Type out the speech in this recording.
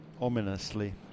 ominously